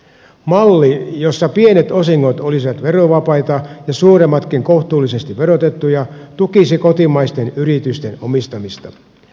malli jossa pienet osingot olisivat verovapaita ja suuremmatkin kohtuullisesti verotettuja tukisi kotimaisten yritysten omistamista